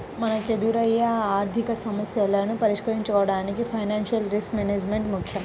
మనకెదురయ్యే ఆర్థికసమస్యలను పరిష్కరించుకోడానికి ఫైనాన్షియల్ రిస్క్ మేనేజ్మెంట్ ముక్కెం